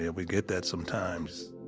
yeah we get that sometimes.